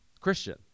Christian